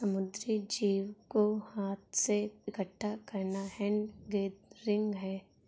समुद्री जीव को हाथ से इकठ्ठा करना हैंड गैदरिंग है